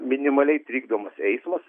minimaliai trikdomas eismas